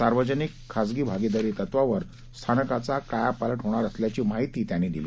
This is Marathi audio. सार्वजनिक खासगी भागीदारी तत्वावर स्थानकाचा कायापालट होणार असल्याची माहिती त्यांनी दिली